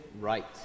right